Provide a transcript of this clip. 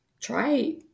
try